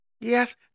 Yes